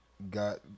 Got